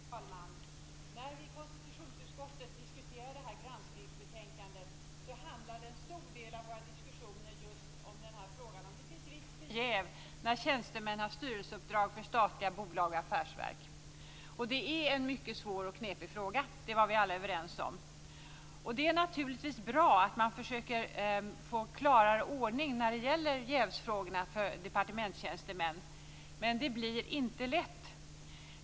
Herr talman! När vi i konstitutionsutskottet diskuterade detta granskningsbetänkande, handlade en stor del av våra diskussioner just om frågan om risken för jäv när tjänstemän har styrelseuppdrag för statliga bolag och affärsverk. Det är en svår och knepig fråga. Det var vi alla överens om. Det är naturligtvis bra att få en klarare ordning i jävsfrågorna för departementstjänstemän. Det blir inte lätt.